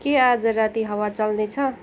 के आज राति हावा चल्नेछ